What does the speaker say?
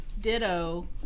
ditto